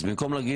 לא.